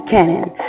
Cannon